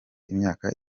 imyaka